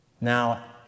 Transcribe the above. Now